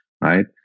right